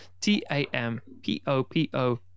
T-A-M-P-O-P-O